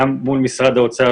גם מול משרד האוצר,